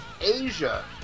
Asia